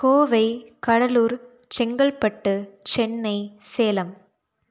Kovai Cuddalore Chengalpattu Chennai Salem